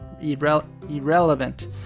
irrelevant